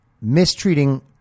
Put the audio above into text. mistreating